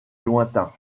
lointain